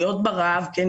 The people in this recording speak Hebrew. להיות ברעב כן,